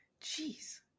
Jeez